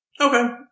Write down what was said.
okay